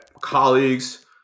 colleagues